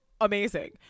amazing